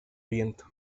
viento